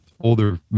older